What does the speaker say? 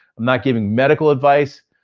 i'm not giving medical advice,